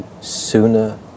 sooner